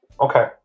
okay